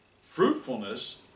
fruitfulness